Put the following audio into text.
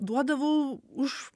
duodavau už